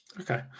okay